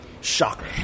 Shocker